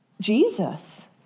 Jesus